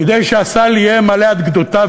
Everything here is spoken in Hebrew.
כדי שהסל יהיה מלא עד גדותיו,